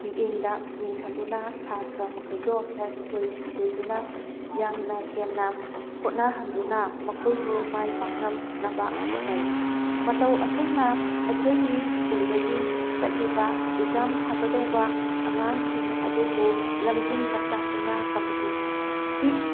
ꯃꯤꯠꯌꯦꯡꯗ ꯌꯦꯡꯁꯟꯗꯨꯅ ꯁꯥꯇ꯭ꯔ ꯃꯈꯩꯗꯣ ꯍꯩꯊꯣꯏ ꯁꯤꯡꯊꯣꯏꯗꯨꯅ ꯌꯥꯝꯅ ꯍꯦꯟꯅ ꯍꯣꯠꯅꯍꯟꯗꯨꯅ ꯃꯈꯣꯏꯕꯨ ꯃꯥꯏ ꯄꯥꯛꯅꯅꯕ ꯍꯣꯠꯅꯩ ꯃꯇꯧ ꯑꯁꯨꯝꯅ ꯑꯩꯈꯣꯏꯒꯤ ꯁ꯭ꯀꯨꯜꯗꯒꯤ ꯆꯠꯂꯤꯕ ꯑꯦꯛꯖꯥꯝ ꯊꯥꯒꯗꯧꯕ ꯑꯉꯥꯡꯁꯤꯡ ꯑꯗꯨꯕꯨ ꯂꯝꯖꯤꯡ ꯂꯝꯇꯥꯛꯇꯨꯅ ꯀꯝꯄꯤꯇꯤꯇꯤꯕ